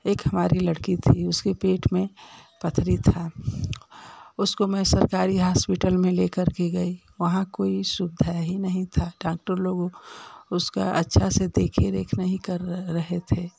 एक हमारी लड़की थी उसके पेट में पत्थरी था उसको मैं सरकारी हास्पिटल में लेकर के गई वहाँ कोई सुविधा ही नहीं था डाक्टर लोग उसका अच्छा से देखे रेख नहीं कर रहे थे